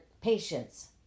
patients